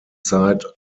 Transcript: zeit